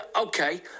okay